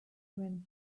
went